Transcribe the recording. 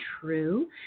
true